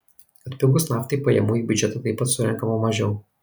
atpigus naftai pajamų į biudžetą taip pat surenkama mažiau